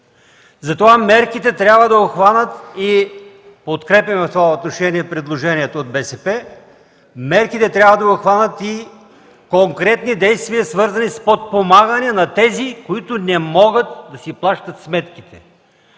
БСП, мерките трябва да обхванат и конкретни действия, свързани с подпомагане на тези, които не могат да си плащат сметките.